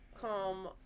come